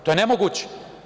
To je nemoguće.